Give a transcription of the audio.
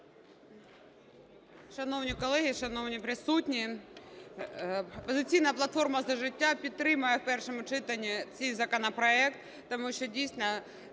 Шановні колеги, шановні присутні! "Опозиційна платформа - За життя" підтримає в першому читанні цей законопроект. Тому що, дійсно,